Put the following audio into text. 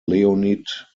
leonid